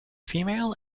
female